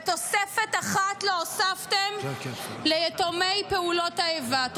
ותוספת אחת לא הוספתם ליתומי פעולות האיבה,